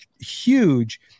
huge